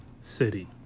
city